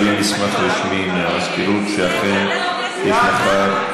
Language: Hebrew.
אני מבקש ממזכירות הכנסת להביא מסמך רשמי מהמזכירות שאכן יש מחר,